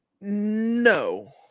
No